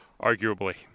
Arguably